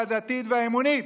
הדתית והאמונית.